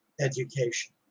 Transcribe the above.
education